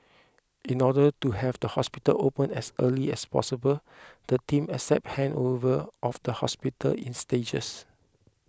in order to have the hospital opened as early as possible the team accepted handover of the hospital in stages